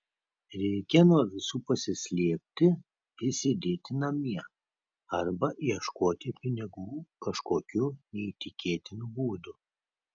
reikia nuo visų pasislėpti ir sėdėti namie arba ieškoti pinigų kažkokiu neįtikėtinu būdu